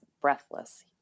breathless